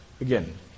Again